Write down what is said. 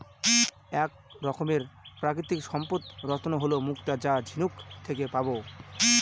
এক রকমের প্রাকৃতিক সম্পদ রত্ন হল মুক্তা যা ঝিনুক থেকে পাবো